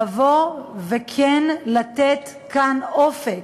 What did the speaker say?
לבוא וכן לתת כאן אופק,